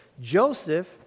Joseph